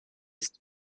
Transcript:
ist